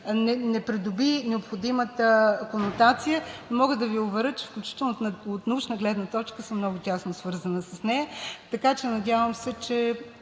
не придоби необходимата комутация. Мога да Ви уверя, че включително от научна гледна точка съм много тясно свързана с нея и се надявам, че